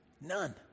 None